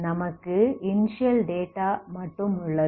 நமக்கு initial data மட்டும் உள்ளது